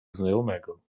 znajomego